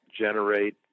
generate